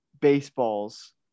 baseballs